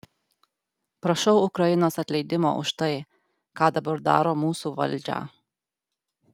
prašau ukrainos atleidimo už tai ką dabar daro mūsų valdžią